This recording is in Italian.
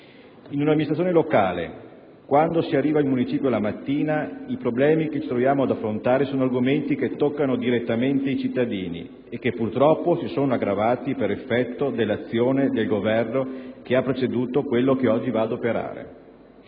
In un'amministrazione locale, quando si arriva in municipio la mattina, i problemi che ci si trova ad affrontare toccano direttamente i cittadini e purtroppo si sono aggravati per effetto dell'azione del Governo che ha preceduto quello in carica. Questo